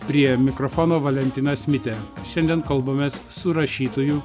prie mikrofono valentinas mitė šiandien kalbamės su rašytoju